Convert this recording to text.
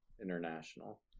international